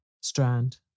strand